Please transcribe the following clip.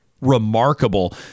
remarkable